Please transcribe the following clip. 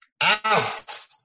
Out